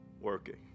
working